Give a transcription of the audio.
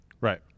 Right